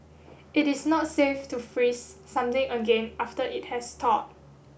it is not safe to freeze something again after it has thawed